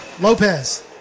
Lopez